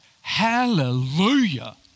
hallelujah